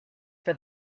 for